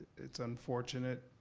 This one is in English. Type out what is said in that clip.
it's unfortunate,